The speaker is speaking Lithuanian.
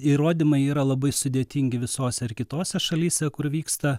įrodymai yra labai sudėtingi visose kitose šalyse kur vyksta